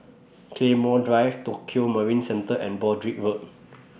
Claymore Drive Tokio Marine Centre and Broadrick Road